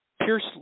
Pierce